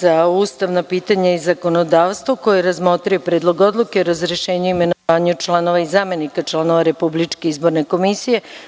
za ustavna pitanja i zakonodavstvo koji je razmotrio Predlog odluke o razrešenju i imenovanju članova i zamenika članova RIK,